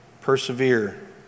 persevere